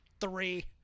three